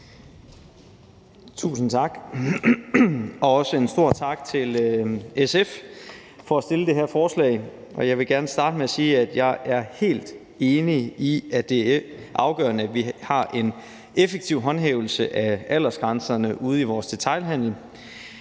Tusind tak, og også en stor tak til SF for at fremsætte det her forslag. Jeg vil gerne starte med at sige, at jeg er helt enig i, at det er afgørende, at vi har en effektiv håndhævelse af aldersgrænserne ude i vores detailhandel.